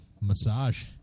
Massage